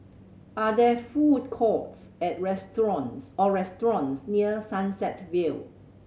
are there food courts at restaurants or restaurants near Sunset Vale